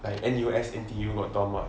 like N_U_S N_T_U got dorm what